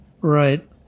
Right